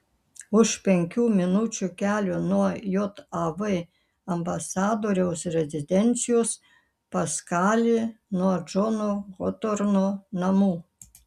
už penkių minučių kelio nuo jav ambasadoriaus rezidencijos paskali nuo džono hotorno namų